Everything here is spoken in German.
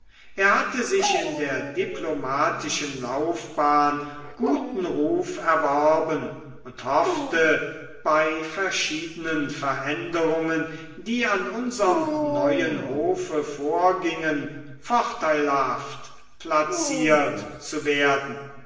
er hatte sich in der diplomatischen laufbahn guten ruf erworben und hoffte bei verschiedenen veränderungen die an unserm neuen hofe vorgingen vorteilhaft placiert zu werden